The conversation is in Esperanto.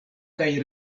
kaj